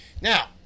Now